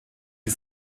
die